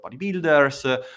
bodybuilders